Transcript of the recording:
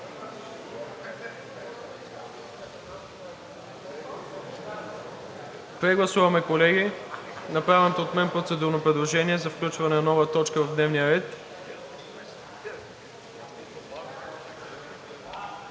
Прегласуваме, колеги, направеното от мен процедурно предложение за включване на нова точка в дневния ред.